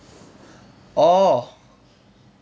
orh